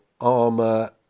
armor